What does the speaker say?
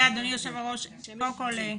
אדוני היושב ראש, קודם כל,